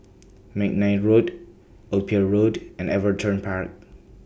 Mcnair Road Old Pier Road and Everton Park